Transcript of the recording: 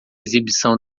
exibição